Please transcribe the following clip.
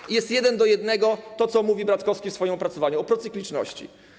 I jest jeden do jednego to, co mówi Bratkowski w swoim opracowaniu o procykliczności.